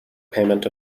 payment